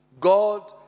God